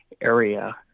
area